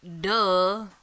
duh